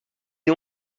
des